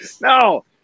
No